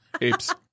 Apes